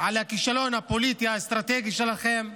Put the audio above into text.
על הכישלון הפוליטי האסטרטגי שלכם,